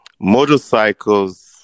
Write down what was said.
Motorcycles